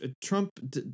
Trump